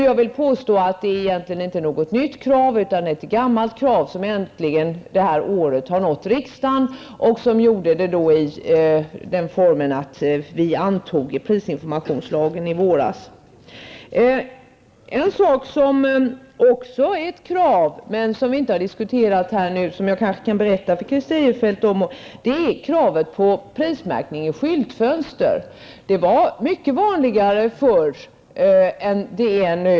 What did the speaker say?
Jag vill påstå att detta egentligen inte är något nytt krav, utan ett gammalt krav som detta år äntligen har nått riksdagen i den formen att prisinformationslagen antogs i våras. Ett krav som vi inte har diskuterat här i dag, men som jag kanske kan berätta för Christer Eirefelt om, är prismärkning i skyltfönster. Det var mycket vanligare förr än vad det är nu.